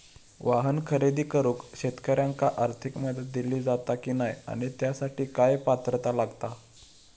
वाहन खरेदी करूक शेतकऱ्यांका आर्थिक मदत दिली जाता की नाय आणि त्यासाठी काय पात्रता लागता?